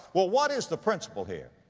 well what is the principle here?